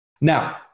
Now